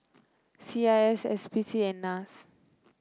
C I S S P C and NAS